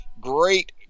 Great